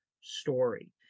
story